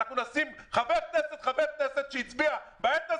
חבר כנסת שיצביע בעת הזאת,